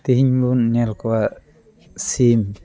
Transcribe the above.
ᱛᱮᱦᱮᱧ ᱵᱚᱱ ᱧᱮᱞ ᱠᱚᱣᱟ ᱥᱤᱢ